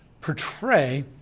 portray